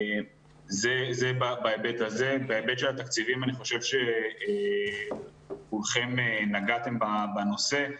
בהיבט של התקציבים אני חושב שכולכם נגעתם בנושא.